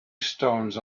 stones